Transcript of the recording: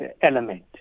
element